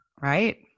Right